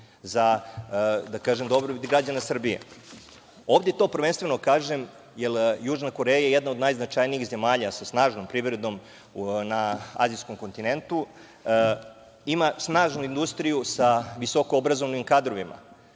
za dobrobit građana Srbije. Ovde to prvenstveno kažem, jer je Južna Koreja jedna od najznačajnijih zemalja, sa snažnom privredom, na Azijskom kontintentu. Ima snažnu industriju sa visoko obrazovanim kadrovima,